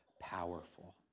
powerful